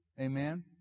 Amen